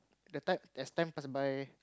the time that's time pass by